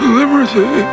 liberty